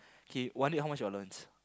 k one day how much your allowance